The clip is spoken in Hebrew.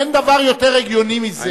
אין דבר יותר הגיוני מזה.